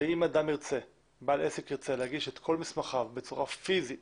אם בעל עסק ירצה להגיש את כל מסמכיו בצורה פיזית